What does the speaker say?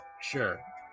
Sure